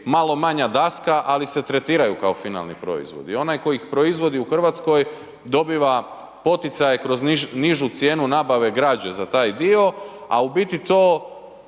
malo manja daska, ali se tretiraju kao finalni proizvodi i onaj tko ih proizvodi u Hrvatskoj dobiva poticaj kroz nižu cijenu nabave građe za taj dio, a to